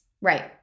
Right